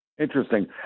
Interesting